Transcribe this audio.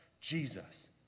Jesus